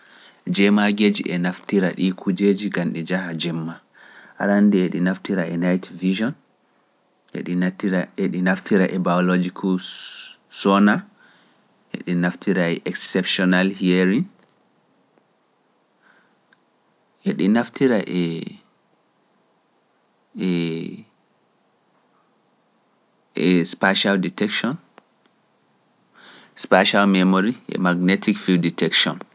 Jemma geji e naftira ɗii kujeeji gan ɗi jaha jemma. Arannde eɗi naftira e night vision, eɗi naftira e biologikus sona, eɗi naftira e exceptional hearing, eɗi naftira e spatial detection, spatial memory, and magnetic field detection.